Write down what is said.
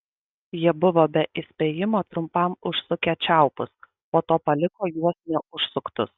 jie buvo be įspėjimo trumpam užsukę čiaupus po to paliko juos neužsuktus